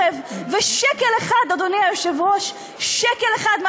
ואומרים: אנחנו על התקציב הזה לא נצביע בלי הצפון?